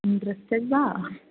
interested वा